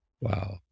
Wow